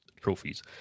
trophies